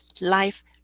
life